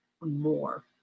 more